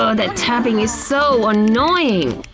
so that tapping is so annoying!